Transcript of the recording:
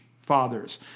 fathers